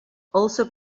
also